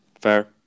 Fair